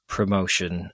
Promotion